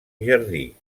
jardí